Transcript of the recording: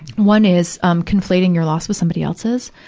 one is, um, conflating your loss with somebody else's.